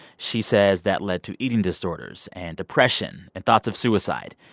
she says that led to eating disorders and depression and thoughts of suicide.